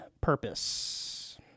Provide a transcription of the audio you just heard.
purpose